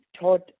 taught